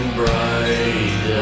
bright